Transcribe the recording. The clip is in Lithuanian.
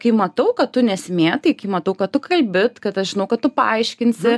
kai matau kad tu nesimėtai kai matau kad tu kalbi kad aš žinau kad tu paaiškinsi